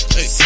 Hey